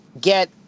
get